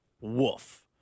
Woof